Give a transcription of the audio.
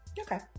Okay